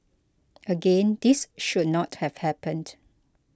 again this should not have happened